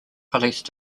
police